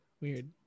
Weird